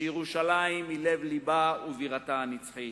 שירושלים היא לב-לבה ובירתה הנצחית.